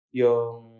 yung